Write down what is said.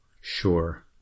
Sure